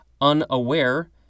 unaware